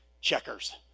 Checkers